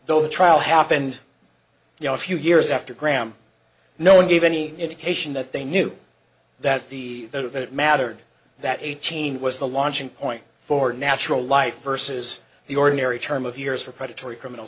the trial happened you know a few years after graham no one gave any indication that they knew that the that it mattered that eighteen was the launching point for natural life versus the ordinary term of years for predatory criminal